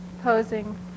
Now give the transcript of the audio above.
posing